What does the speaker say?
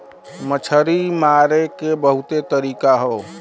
मछरी मारे के बहुते तरीका हौ